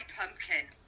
pumpkin